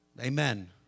Amen